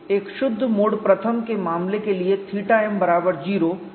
एक शुद्ध mode I के मामले के लिए θm बराबर 0 और KI बराबर KIC है